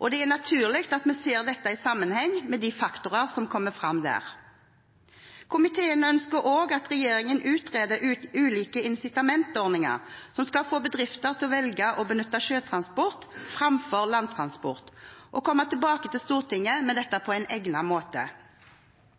og det er naturlig at vi ser dette i sammenheng med de faktorer som kommer fram der. Komiteen ønsker også at regjeringen utreder ulike incitamentordninger som skal få bedrifter til å velge å benytte sjøtransport framfor landtransport, og kommer tilbake til Stortinget med dette